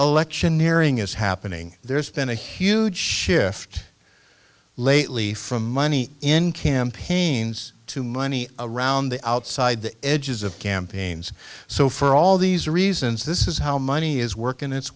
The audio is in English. electioneering is happening there's been a huge shift lately from money in campaigns to money around the outside edges of campaigns so for all these reasons this is how money is working its